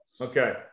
Okay